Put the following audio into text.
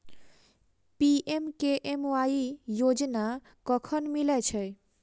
PMKMY योजना कखन मिलय छै?